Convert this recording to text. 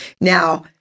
now